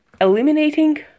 eliminating